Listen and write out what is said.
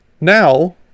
now